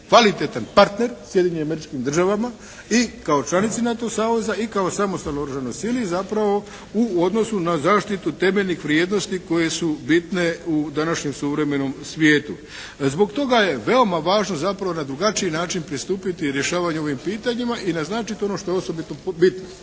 kvalitetan partner Sjedinjenim Američkim Državama i kao članici NATO saveza i samostalnoj oružanoj sili zapravo u odnosu na zaštitu temeljnih vrijednosti koje su bitne u današnjem suvremenom svijetu. Zbog toga je veoma važno zapravo na drugačiji način pristupiti rješavanju ovim pitanjima i naznačiti ono što je osobito bitno,